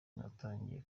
natangiye